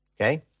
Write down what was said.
okay